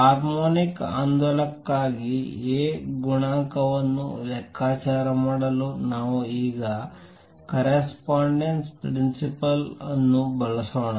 harmonic ಆಂದೋಲಕಕ್ಕಾಗಿ A ಗುಣಾಂಕವನ್ನು ಲೆಕ್ಕಾಚಾರ ಮಾಡಲು ನಾವು ಈಗ ಕರೆಸ್ಪಾಂಡೆನ್ಸ್ ಪ್ರಿನ್ಸಿಪಲ್ ಅನ್ನು ಬಳಸೋಣ